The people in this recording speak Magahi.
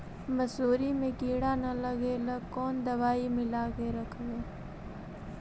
मसुरी मे किड़ा न लगे ल कोन दवाई मिला के रखबई?